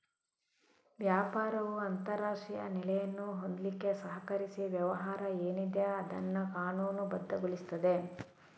ವ್ಯಾಪಾರವು ಅಂತಾರಾಷ್ಟ್ರೀಯ ನೆಲೆಯನ್ನು ಹೊಂದ್ಲಿಕ್ಕೆ ಸಹಕರಿಸಿ ವ್ಯವಹಾರ ಏನಿದೆ ಅದನ್ನ ಕಾನೂನುಬದ್ಧಗೊಳಿಸ್ತದೆ